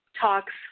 talks